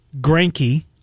Granky